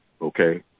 Okay